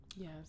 Yes